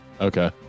Okay